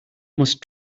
must